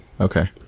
Okay